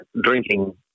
drinking